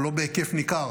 או לא בהיקף ניכר,